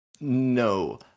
No